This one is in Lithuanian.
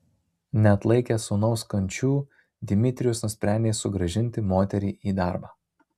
neatlaikęs sūnaus kančių dmitrijus nusprendė sugrąžinti moterį į darbą